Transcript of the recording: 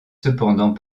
cependant